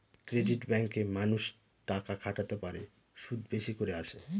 credit ব্যাঙ্কে মানুষ টাকা খাটাতে পারে, সুদ বেশি করে আসে